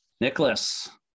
Nicholas